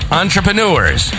entrepreneurs